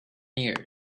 years